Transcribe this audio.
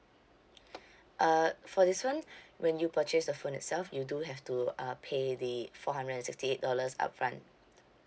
uh for this one when you purchase the phone itself you do have to uh pay the four hundred and sixty eight dollars upfront